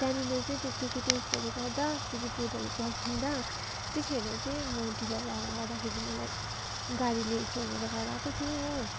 त्यहाँनिर चाहिँ त्यो के के टेस्टहरू गर्दा त्यो रिपोर्टहरू पर्खिँदा तेतिखेर चाहिँ म ढिलो घर आउँदाखेरि मलाई गाडीले छोडेर घर आएको थियो हो